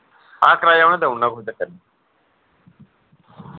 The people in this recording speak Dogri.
हां कराया उ'नै देई ओड़ना कोई चक्कर निं